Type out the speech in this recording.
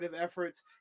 efforts